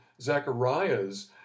Zechariah's